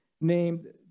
named